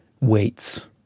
Weights